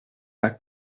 pas